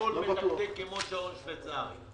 הכול מתקתק כמו שעון שוויצרי.